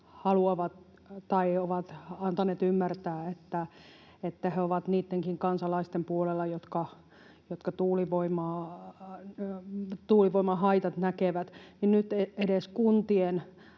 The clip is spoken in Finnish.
ovat antaneet ymmärtää, että he ovat niittenkin kansalaisten puolella, jotka tuulivoiman haitat näkevät, niin nyt edes kuntien